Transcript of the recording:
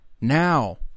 now